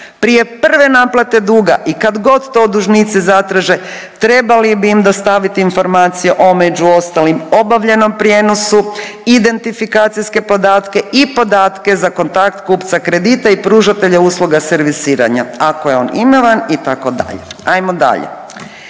Prije prve naplate duga i kad god to dužnici zatraže trebali bi im dostavit informacije o među ostalim obavljenom prijenosu, identifikacijske podatke i podatke za kontakt kupca kredita i pružatelja usluga servisiranja ako je on …/Govornik se ne